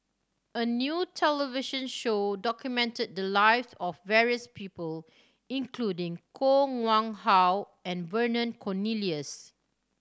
a new television show documented the lives of various people including Koh Nguang How and Vernon Cornelius